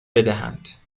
بدهند